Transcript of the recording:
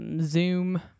Zoom